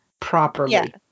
properly